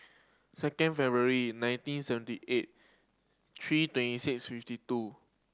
second February nineteen seventy eight three twenty six fifty two